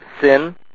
sin